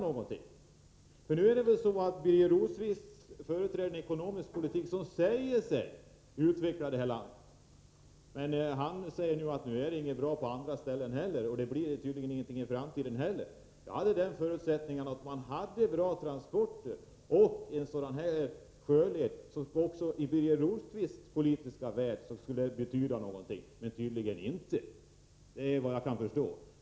Birger Rosqvist företräder en ekonomisk politik som påstås utveckla landet. Men nu säger han att det inte är bra på andra ställen heller, och då blir det tydligen ingenting i framtiden heller. Jag trodde att om man hade bra transporter och en sådan här sjöled skulle det också i Birger Rosqvists politiska värld betyda någonting — men det gör det tydligen inte, vad jag kan förstå.